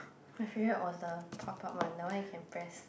my favourite was the pop up one the one you can press